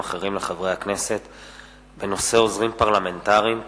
אחרים לחברי הכנסת בנושא: עוזרים פרלמנטריים,